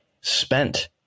spent